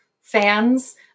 fans